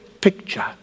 picture